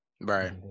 Right